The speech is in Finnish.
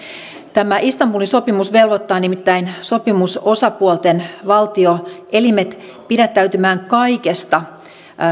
tämä istanbulin sopimus velvoittaa nimittäin sopimusosapuolten valtio elimet pidättäytymään kaikesta